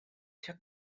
took